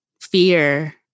fear